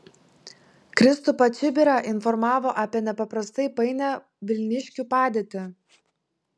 kristupą čibirą informavo apie nepaprastai painią vilniškių padėtį